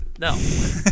No